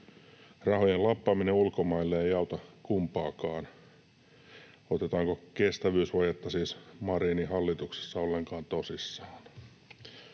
Rahojen lappaaminen ulkomaille ei auta kumpaakaan. Otetaanko kestävyysvajetta siis Marinin hallituksessa ollenkaan tosissaan?